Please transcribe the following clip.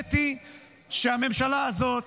האמת היא שהממשלה הזאת